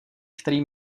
který